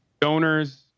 donors